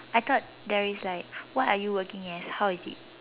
I thought there is like what are you working as how is it